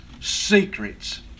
secrets